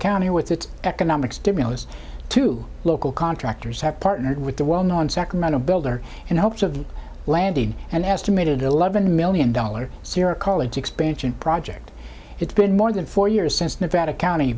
county with its economic stimulus to local contractors have partnered with the well known sacramento builder in hopes of landing and estimated eleven million dollars syrah college expansion project it's been more than four years since nevada county